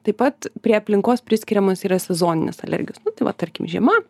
taip pat prie aplinkos priskiriamos yra sezoninės alergijos nu tai va tarkim žiema